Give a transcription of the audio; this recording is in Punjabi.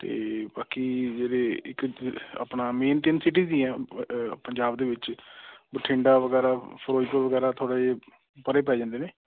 ਅਤੇ ਬਾਕੀ ਜਿਹੜੇ ਇੱਕ ਆਪਣਾ ਮੇਨ ਤਿੰਨ ਸਿਟੀਜ਼ ਹੀ ਆ ਪੰਜਾਬ ਦੇ ਵਿੱਚ ਬਠਿੰਡਾ ਵਗੈਰਾ ਫਿਰੋਜ਼ਪੁਰ ਵਗੈਰਾ ਥੋੜ੍ਹਾ ਜਿਹਾ ਪਰੇ ਪੈ ਜਾਂਦੇ ਨੇ